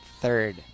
third